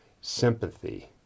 sympathy